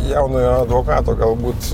jaunojo advokato galbūt